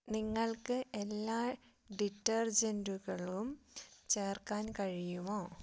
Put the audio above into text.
നിങ്ങൾക്ക് എല്ലാ ഡിറ്റർജൻറ്റുകളും ചേർക്കാൻ കഴിയുമോ